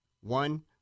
One